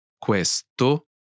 questo